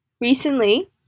Recently